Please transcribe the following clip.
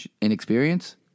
inexperience